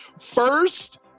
first